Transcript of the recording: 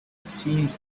seems